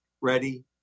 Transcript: ready